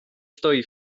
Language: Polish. stoi